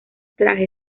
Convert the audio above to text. traje